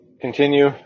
continue